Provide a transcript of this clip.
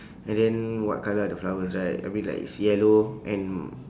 and then what colour are the flowers right I mean like is yellow and